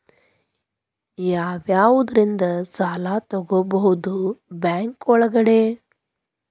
ಯಾವ್ಯಾವುದರಿಂದ ಸಾಲ ತಗೋಬಹುದು ಬ್ಯಾಂಕ್ ಒಳಗಡೆ?